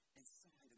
inside